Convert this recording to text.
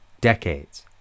decades